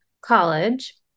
college